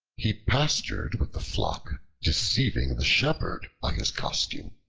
he pastured with the flock deceiving the shepherd by his costume.